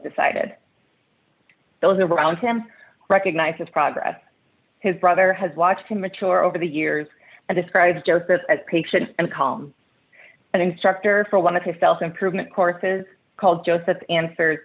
decided those around him recognized his progress his brother has watched him mature over the years and described this as patient and calm an instructor for one of his self improvement courses called joseph answers